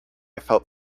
felt